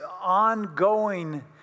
ongoing